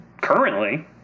currently